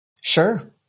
Sure